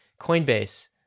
Coinbase